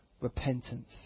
repentance